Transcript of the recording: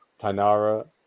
Tanara